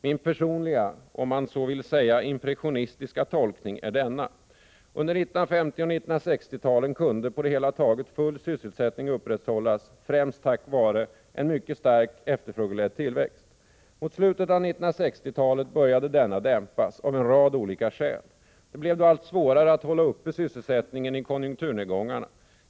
Min personliga — om man så vill impressionistiska — tolkning är denna: Under 1950 och 60-talen kunde, på det hela taget, full sysselsättning upprätthållas, främst tack vare en mycket starkt efterfrågeledd tillväxt. Mot slutet av 1960-talet började denna dämpas, av en rad olika skäl. Det blev då allt svårare att hålla upp sysselsättningen i konjunkturnedgångarna.